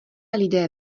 lidé